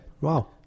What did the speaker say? Wow